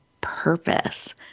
purpose